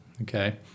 okay